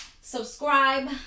subscribe